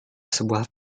sebuah